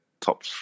top